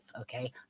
Okay